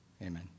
Amen